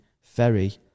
ferry